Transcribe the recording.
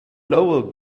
lowell